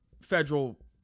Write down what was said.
federal